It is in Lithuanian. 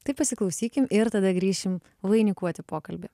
tai pasiklausykim ir tada grįšim vainikuoti pokalbį